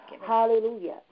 Hallelujah